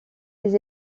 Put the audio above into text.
des